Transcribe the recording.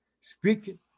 Speaking